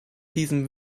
diesem